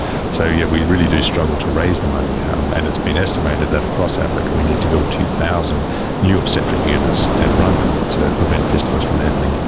so yeah we really do struggle to raise the money, um and it's been estimated that across africa we need to build two thousand new obstetric units and run them to prevent fistulas from happening.